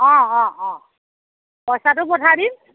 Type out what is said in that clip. অঁ অঁ অঁ পইচাটো পঠাই দিম